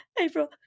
April